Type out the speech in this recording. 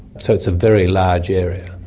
so it's a very large area.